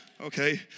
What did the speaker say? okay